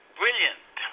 brilliant